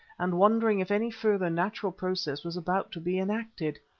and wondering if any further natural process was about to be enacted.